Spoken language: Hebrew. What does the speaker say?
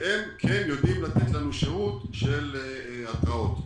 והם כן יודעים לתת לנו שירות של התרעות.